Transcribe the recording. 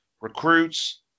recruits